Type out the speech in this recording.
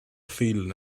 feeling